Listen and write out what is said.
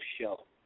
show